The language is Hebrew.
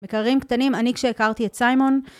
מקררים קטנים אני כשהכרתי את סיימון